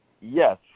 Yes